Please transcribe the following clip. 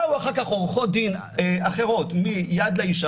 בוא אחר כך עורכות דין אחרות מ'יד לאישה',